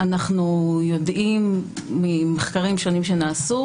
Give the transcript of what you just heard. אנו יודעים ממחקרים שונים שנעשו,